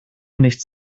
nichts